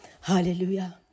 Hallelujah